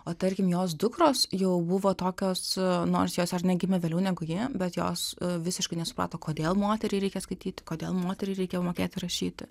o tarkim jos dukros jau buvo tokios nors jos ar ne gimė vėliau negu ji bet jos visiškai nesuprato kodėl moteriai reikia skaityti kodėl moteriai reikėjo mokėti rašyti